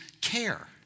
care